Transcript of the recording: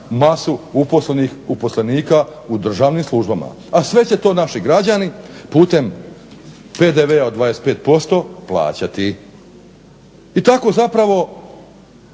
masu uposlenih uposlenika u državnim službama, a sve će to naši građani putem PDV-a od 25% plaćati. I tako zapravo